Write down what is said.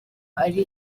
ari